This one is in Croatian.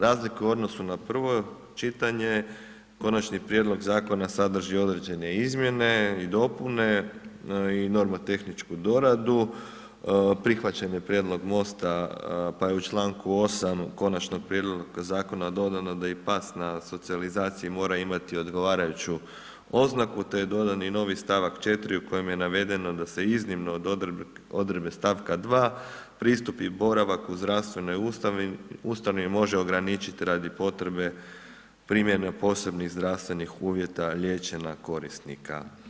Razlika u odnosu na prvo čitanje, konačni prijedlog zakona, sadrži određene izmjene i dopune i nomotehničku doradu, prihvaćen je prijedlog Mosta, pa je u čl. 8. konačnog prijedloga zakona, dodatno da i pas na socijalizaciji mora imati odgovarajuću oznaku, te je dodani i novi stavak 4 u kojem je navedeno, da se iznimno odredbe stavka 2, pristupi boravak u zdravstvenoj ustanovi i može ograničiti radi potreba primjene posebnih zdravstvenih uvjeta liječenja korisnika.